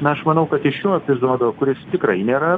na aš manau kad iš šio epizodo kuris tikrai nėra